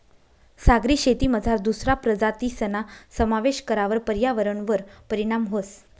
सागरी शेतीमझार दुसरा प्रजातीसना समावेश करावर पर्यावरणवर परीणाम व्हस